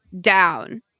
down